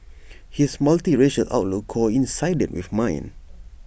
his multiracial outlook coincided with mine